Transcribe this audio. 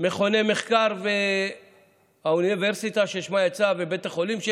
מכוני מחקר והאוניברסיטה, ששמה יצא, ובית החולים,